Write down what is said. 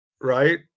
Right